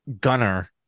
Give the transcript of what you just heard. Gunner